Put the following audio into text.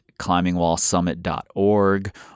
climbingwallsummit.org